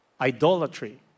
idolatry